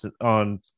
on